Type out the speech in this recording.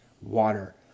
Water